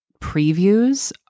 Previews